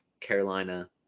Carolina